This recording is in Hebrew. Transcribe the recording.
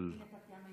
נעבור